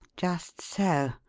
just so!